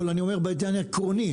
בעניין העקרוני.